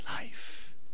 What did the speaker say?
life